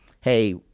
hey